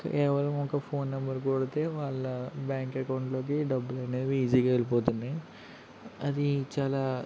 కేవలం ఒక phone number కొడితే వాళ్ళ బ్యాంక్ అకౌంట్లోకి డబ్బులు అనేవి ఈజీగా వెళ్ళిపోతున్నాయ్ అది చాల